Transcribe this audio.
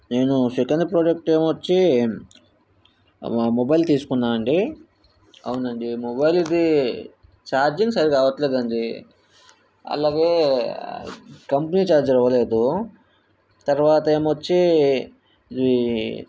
నేను second product ఏమో వచ్చి మొబైల్ తీసుకున్నా అండి అవునండి మొబైల్కి ఛార్జింగ్ సరిగా అవ్వట్లేదండి అలాగే కంపెనీ ఛార్జర్ ఇవ్వలేదు తరవాత వచ్చి ఈ